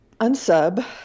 Unsub